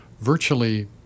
virtually